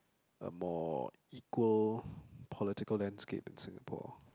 a more equal political landscape in Singapore